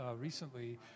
recently